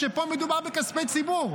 כשפה מדובר בכספי ציבור.